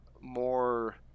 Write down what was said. more